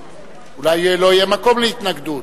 אולי לא יהיה מקום להתנגדות.